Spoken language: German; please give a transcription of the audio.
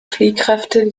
fliehkräfte